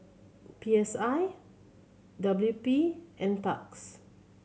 P S I W P Nparks